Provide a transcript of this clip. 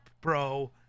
bro